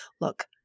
look